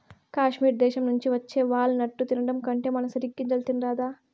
కాశ్మీర్ దేశం నుంచి వచ్చే వాల్ నట్టు తినడం కంటే మన సెనిగ్గింజలు తినరాదా